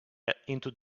into